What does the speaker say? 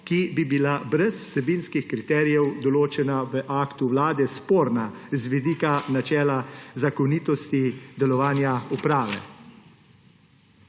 ki bi bila brez vsebinskih kriterijev določena v aktu Vlade sporna z vidika načela zakonitosti delovanja uprave.